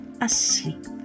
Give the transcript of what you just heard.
asleep